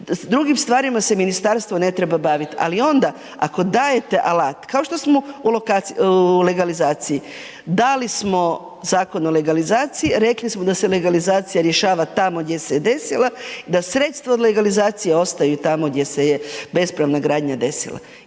Drugim stvarima se ministarstvo ne treba baviti. Ali onda ako dajete alat, kao što smo u legalizaciji dali smo Zakon o legalizaciji, rekli smo da se legalizacija rješava tamo gdje se desila, da sredstva od legalizacije ostaju tamo gdje se je bespravna gradnja desila